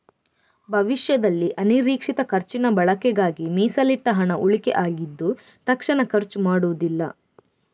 ಭವಿಷ್ಯದಲ್ಲಿ ಅನಿರೀಕ್ಷಿತ ಖರ್ಚಿನ ಬಳಕೆಗಾಗಿ ಮೀಸಲಿಟ್ಟ ಹಣ ಉಳಿಕೆ ಆಗಿದ್ದು ತಕ್ಷಣ ಖರ್ಚು ಮಾಡುದಿಲ್ಲ